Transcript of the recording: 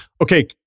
Okay